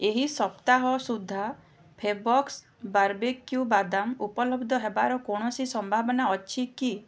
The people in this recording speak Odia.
ଏହି ସପ୍ତାହ ସୁଦ୍ଧା ଫେବକ୍ସ ବାର୍ବେକ୍ୟୁ ବାଦାମ ଉପଲବ୍ଧ ହେବାର କୌଣସି ସମ୍ଭାବନା ଅଛି କି